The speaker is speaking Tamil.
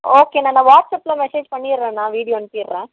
ஓகேண்ணா நான் வாட்ஸ்அப்பில் மெசேஜ் பண்ணிடுறேன் நான் வீடியோ அனுப்பிடுறேன்